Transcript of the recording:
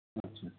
आदसा